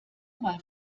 mal